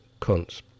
cunts